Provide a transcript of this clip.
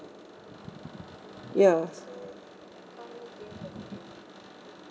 ya